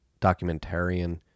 documentarian